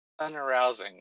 unarousing